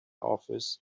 office